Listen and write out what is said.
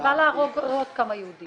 --- תקווה להרוג עוד כמה יהודים.